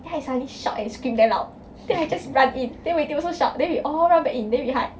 then I suddenly shout and scream damn loud then I just run in then weity also shout then we all run back in then we hide